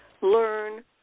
learn